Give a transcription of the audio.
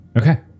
Okay